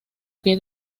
pie